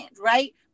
right